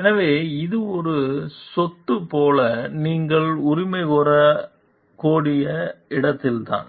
எனவே அது எங்கள் சொத்து போல நீங்கள் உரிமை கோரக்கூடிய இடத்தில்தான்